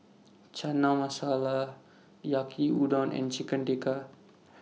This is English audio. Chana Masala Yaki Udon and Chicken Tikka